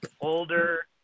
older